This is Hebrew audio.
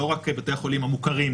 לא רק בתי החולים המוכרים,